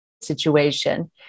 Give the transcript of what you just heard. situation